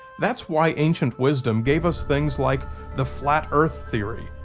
that's why ancient wisdom gave us things like the flat earth theory,